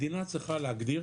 מדינה צריכה להגדיר